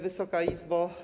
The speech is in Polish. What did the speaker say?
Wysoka Izbo!